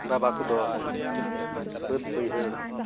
ᱵᱟᱵᱟ ᱠᱚᱫᱚ ᱵᱟᱹᱫᱽ ᱵᱟᱹᱭᱦᱟᱹᱲ